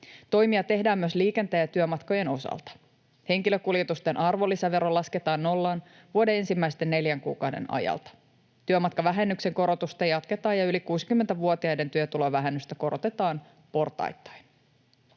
Toimia tehdään myös liikenteen ja työmatkojen osalta. Henkilökuljetusten arvonlisävero lasketaan nollaan vuoden ensimmäisen neljän kuukauden ajalta. Työmatkavähennyksen korotusta jatketaan ja yli 60-vuotiaiden työtulovähennystä korotetaan portaittain.